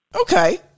okay